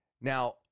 Now